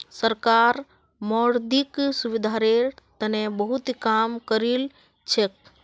सरकार मौद्रिक सुधारेर तने बहुत काम करिलछेक